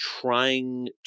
trying